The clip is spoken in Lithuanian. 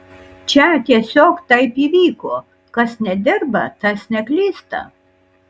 čia tiesiog taip įvyko kas nedirba tas neklysta